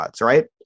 Right